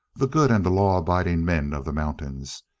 the good and the law abiding men of the mountains!